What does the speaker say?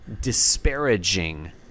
disparaging